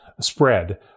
spread